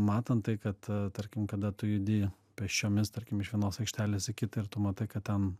matom tai kad tarkim kada tu judi pėsčiomis tarkim iš vienos aikštelės į kitą ir tu matai kad ten